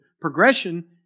progression